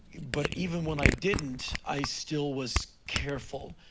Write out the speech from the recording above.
but even when i didn't, i still was careful.